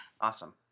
awesome